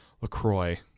LaCroix